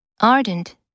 Ardent